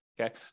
Okay